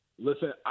Listen